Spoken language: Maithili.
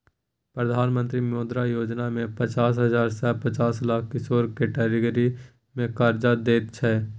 प्रधानमंत्री मुद्रा योजना मे पचास हजार सँ पाँच लाख किशोर कैटेगरी मे करजा दैत छै